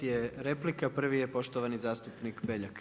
5 je replika, prvi je poštovani zastupnik Beljak.